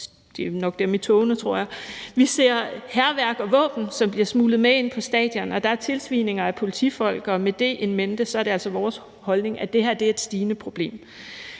Det er nok dem i togene, tror jeg. »Vi ser hærværk og våben, som bliver smuglet med ind på stadion. Der er tilsvininger af politifolk, og med det in mente er det altså vores holdning, at det her er et stigende problem.«